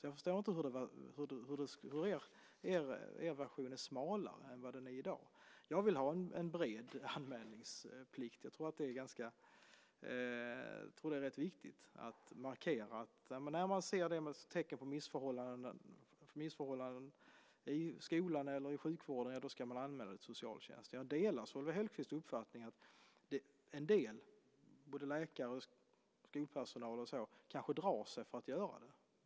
Jag förstår inte hur er version kan vara smalare än den som är i dag. Jag vill ha en bred anmälningsplikt. Jag tror att det är rätt viktigt att markera att när man ser tecken på missförhållanden i skolan eller i sjukvården ska man anmäla det till socialtjänsten. Jag delar Solveig Hellquists uppfattning att en del, både läkare och skolpersonal, kanske drar sig för att göra det.